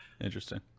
Interesting